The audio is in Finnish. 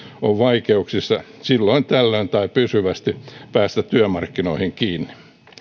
on vaikeuksia silloin tällöin tai pysyvästi päästä työmarkkinoihin kiinni